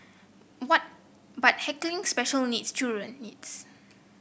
what but heckling special needs